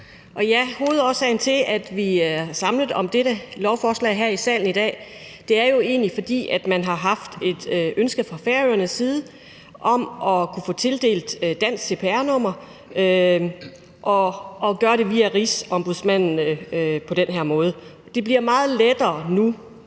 hovedårsagen til, at vi er samlet om dette lovforslag her i salen i dag, er, at man har haft et ønske fra Færøernes side om at kunne få tildelt dansk cpr-nummer og gøre det via Rigsombudsmanden på den her måde. Det bliver meget lettere nu